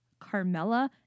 carmella